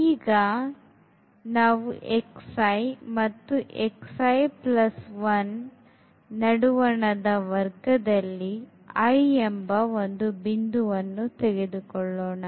ಈಗ ನಾವು ಮತ್ತು ನಡುವಣದ ವರ್ಗದಲ್ಲಿ i ಎಂಬ ಒಂದು ಬಿಂದುವನ್ನು ತೆಗೆದುಕೊಳ್ಳೋಣ